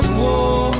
war